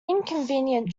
inconvenient